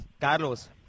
Carlos